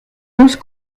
onze